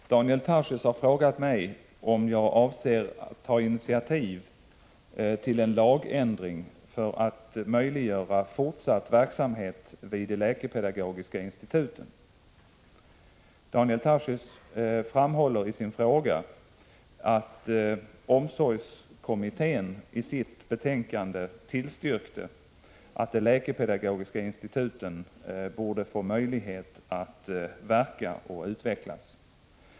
Herr talman! Daniel Tarschys har frågat mig om jag avser att ta initiativ till en lagändring för att möjliggöra fortsatt verksamhet vid de läkepedagogiska instituten. Daniel Tarschys framhåller i sin fråga att omsorgskommittén i sitt betänkande tillstyrkte att de läkepedagogiska instituten borde få möjlighet att verka och utvecklas.